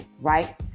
right